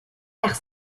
quarts